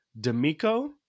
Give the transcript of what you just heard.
D'Amico